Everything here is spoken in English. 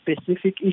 specific